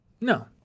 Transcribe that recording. No